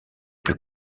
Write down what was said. plus